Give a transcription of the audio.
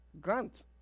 Grant